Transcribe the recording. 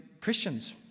Christians